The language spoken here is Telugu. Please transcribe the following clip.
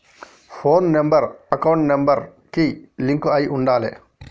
పోను నెంబర్ అకౌంట్ నెంబర్ కి లింక్ అయ్యి ఉండాలే